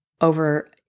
over